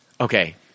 Okay